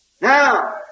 Now